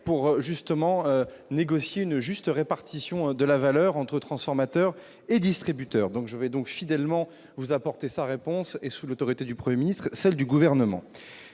pour justement négocier une juste répartition de la valeur entre transformateurs et distributeurs, donc je vais donc fidèlement vous apporter sa réponse est sous l'autorité du 1er ministre celle du gouvernement,